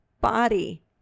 body